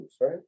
right